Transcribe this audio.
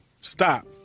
Stop